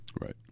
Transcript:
Right